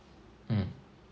mm